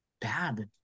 bad